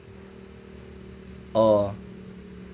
or